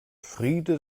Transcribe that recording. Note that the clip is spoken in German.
friede